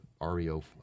REO